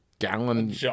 gallon